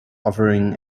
offering